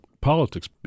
politics